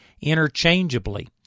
interchangeably